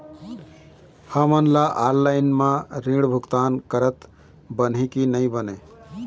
हमन ला ऑनलाइन म ऋण भुगतान करत बनही की नई बने?